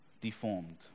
Deformed